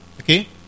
okay